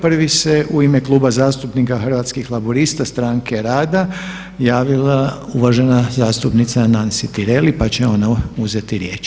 Prvi se u ime Kluba zastupnika Hrvatskih laburista Stranke rada javila uvažena zastupnica Nansi Tireli pa će ona uzeti riječ.